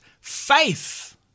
faith